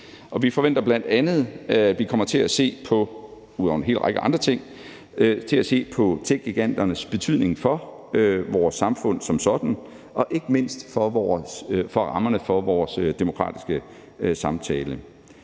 hel række andre ting kommer til at se på techgiganternes betydning for vores samfund som sådan og ikke mindst for rammerne for vores demokratiske samtale.